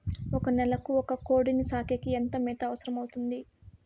ఒక నెలకు ఒక కోడిని సాకేకి ఎంత మేత అవసరమవుతుంది?